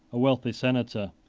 a wealthy senator,